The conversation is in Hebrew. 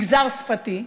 מגזר שפתי,